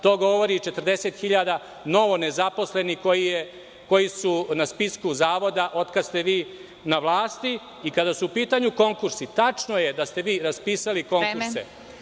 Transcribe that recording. To govori 40.000 novo nezaposlenih koji su na spisku zavoda od kad ste vi na vlasti i kada su u pitanju konkursi, tačno je da ste vi raspisali konkurse.